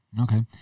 Okay